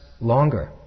longer